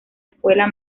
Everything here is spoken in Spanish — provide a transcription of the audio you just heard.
escuela